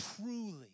truly